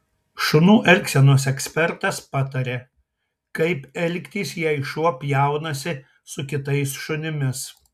šunų elgsenos ekspertas pataria kaip elgtis jei šuo pjaunasi su kitais šunimis